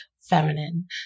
feminine